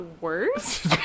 worse